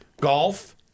Golf